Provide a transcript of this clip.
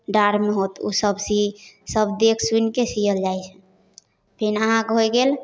डाँढ़मे हैत ओसब सीबि सब देखि सुनिके सिअल जाइ छै फेर अहाँके हो गेल